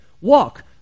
walk